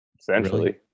Essentially